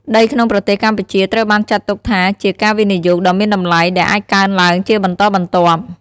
ដីក្នុងប្រទេសកម្ពុជាត្រូវបានចាត់ទុកថាជាការវិនិយោគដ៏មានតម្លៃ ដែលអាចកើនឡើងជាបន្តបន្ទាប់។